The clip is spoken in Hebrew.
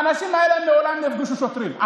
האנשים האלה לעולם לא יפגשו שוטרים.